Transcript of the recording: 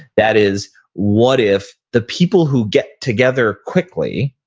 that is what if the people who get together quickly,